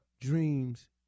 dreams